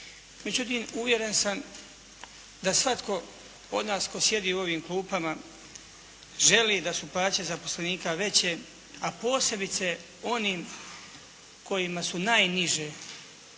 Međutim, uvjeren sam da svatko od nas tko sjedi u ovim klupama želi da su plaće zaposlenika veće a posebice onim kojima su najniže,